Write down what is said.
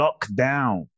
lockdown